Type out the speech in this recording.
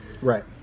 Right